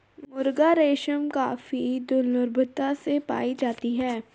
मुगा रेशम काफी दुर्लभता से पाई जाती है